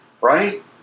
right